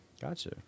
Gotcha